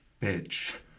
bitch